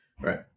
Right